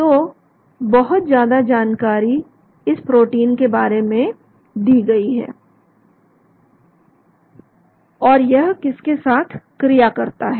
तो बहुत ज्यादा जानकारी इस प्रोटीन के बारे में दी गई है और यह किसके साथ क्रिया करता है